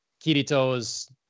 Kirito's